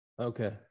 Okay